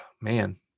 Man